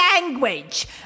language